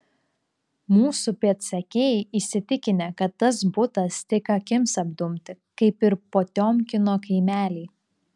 mūsų pėdsekiai įsitikinę kad tas butas tik akims apdumti kaip ir potiomkino kaimeliai